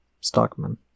Stockman